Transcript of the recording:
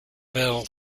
bell